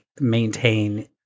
maintain